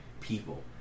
people